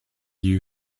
you